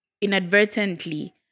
inadvertently